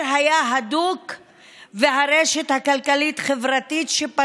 כל מה שיפגע באדונם.